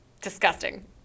Disgusting